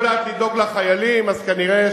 אם היא לא יודעת לדאוג לחיילים, כנראה,